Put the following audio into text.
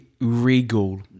regal